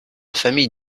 famille